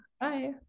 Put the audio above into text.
Bye